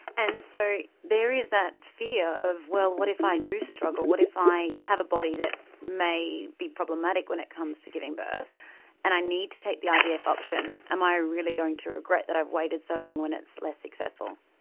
and so there is that fear of, well, what if i and do struggle, what if i have a body that may be problematic when it comes to giving birth and i need to take the ivf option, am i really going to regret that i've waited so long when it's less successful?